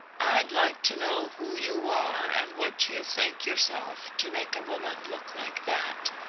i'd like to know who you are and what you think yourself to make a woman look like that?